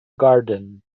garden